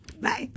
Bye